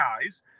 guys